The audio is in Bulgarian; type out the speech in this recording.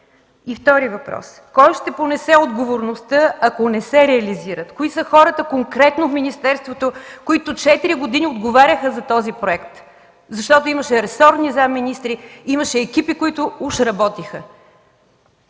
И втори въпрос: кой ще понесе отговорността, ако не се реализират? Кои са хората конкретно в министерството, които 4 години отговаряха за този проект, защото имаше ресорни заместник-министри, имаше екипи, които уж работеха?